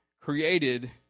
created